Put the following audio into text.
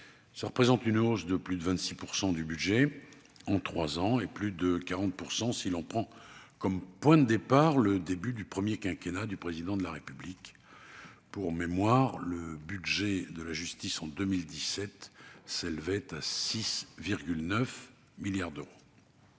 en 2023, soit une hausse de plus de 26 % du budget en trois ans, et de plus de 40 % si l'on prend comme point de départ le début du premier quinquennat du Président de la République. Pour mémoire, le budget de la justice s'élevait, en 2017, à 6,9 milliards d'euros.